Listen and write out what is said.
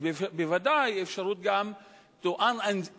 אז בוודאי יש אפשרות גם to uninstall,